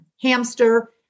hamster